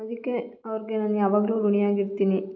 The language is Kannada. ಅದಕ್ಕೆ ಅವ್ರಿಗೆ ನಾನು ಯಾವಾಗಲೂ ಋಣಿಯಾಗಿರ್ತೀನಿ